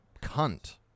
cunt